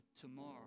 tomorrow